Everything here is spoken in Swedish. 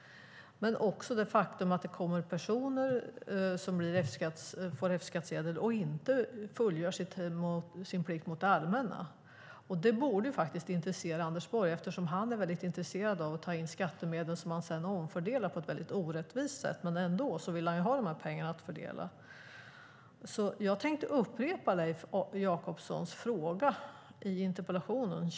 Det är också ett faktum att det kommer personer som får F-skattsedel och inte fullgör sin plikt mot det allmänna. Det borde intressera Anders Borg, eftersom han är väldigt intresserad av att ta in skattemedel, som han sedan omfördelar på ett väldigt orättvist sätt. Men han vill ändå ha dessa pengar att fördela. Jag tänker upprepa Leif Jakobssons fråga i interpellationen.